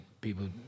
people